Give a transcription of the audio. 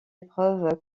épreuve